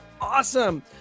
awesome